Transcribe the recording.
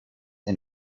and